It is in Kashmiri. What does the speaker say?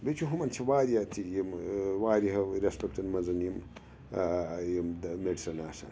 بیٚیہِ چھُ ہُمَن چھِ واریاہ تہِ یِم واریاہو رٮ۪سپکٹَن منٛز یِم یِم دا میڈِسَن آسَان